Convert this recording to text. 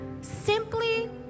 simply